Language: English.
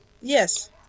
Yes